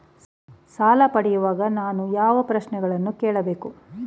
ಸಾಲ ಪಡೆಯುವಾಗ ನಾನು ಯಾವ ಪ್ರಶ್ನೆಗಳನ್ನು ಕೇಳಬೇಕು?